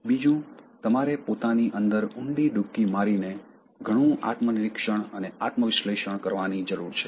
બીજું તમારે પોતાની અંદર ઊંડી ડૂબકી મારીને ઘણું આત્મનિરીક્ષણ અને આત્મ વિશ્લેષણ કરવાની જરૂર છે